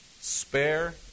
Spare